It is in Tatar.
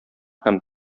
һәм